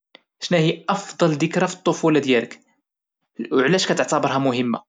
شناهيا افضل ذكرى في الطفولة ديالك وعلاش كتعتبرها مهمة؟